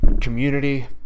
community